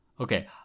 Okay